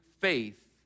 faith